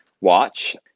watch